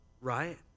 right